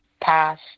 pass